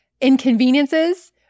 inconveniences